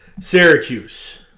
Syracuse